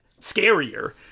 scarier